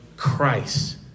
Christ